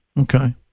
Okay